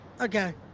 okay